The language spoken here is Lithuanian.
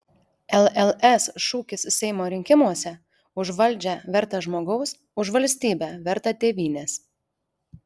lls šūkis seimo rinkimuose už valdžią vertą žmogaus už valstybę vertą tėvynės